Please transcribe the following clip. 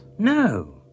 No